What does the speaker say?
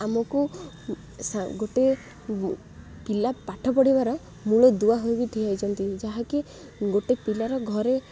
ଆମକୁ ଗୋଟେ ପିଲା ପାଠ ପଢ଼ିବାର ମୂଳ ଦୁଆ ହୋଇକି ଠିଆ ହେଇଛନ୍ତି ଯାହାକି ଗୋଟେ ପିଲାର ଘରେ